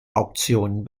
auktionen